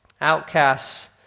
Outcasts